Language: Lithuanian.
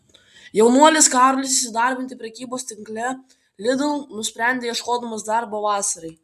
jaunuolis karolis įsidarbinti prekybos tinkle lidl nusprendė ieškodamas darbo vasarai